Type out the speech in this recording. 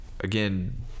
again